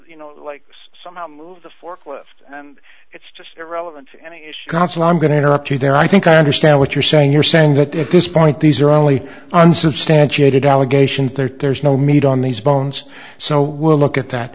forklift and it's just irrelevant to any council i'm going to interrupt you there i think i understand what you're saying you're saying that at this point these are only unsubstantiated allegations there tears no meat on these bones so we'll look at that